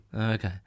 Okay